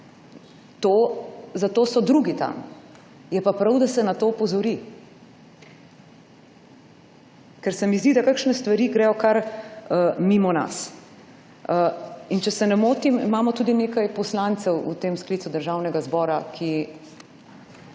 to so tam drugi, je pa prav, da se na to opozori, ker se mi zdi, da kakšne stvari gredo kar mimo nas. Če se ne motim, imamo tudi nekaj poslancev v tem sklicu državnega zbora, ki